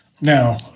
Now